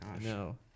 No